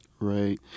Right